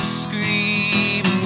scream